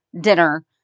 dinner